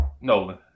Nolan